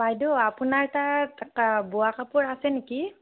বাইদেউ আপোনাৰ তাত এটা বোৱা কাপোৰ আছে নেকি